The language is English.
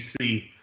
see